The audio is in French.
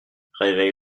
réveille